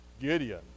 gideon